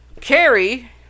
Carrie